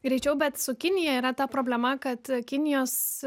greičiau bet su kinija yra ta problema kad kinijos